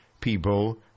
people